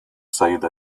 sayıda